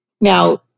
Now